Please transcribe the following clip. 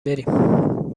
بریم